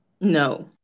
No